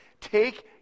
take